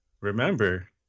remember